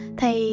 Thầy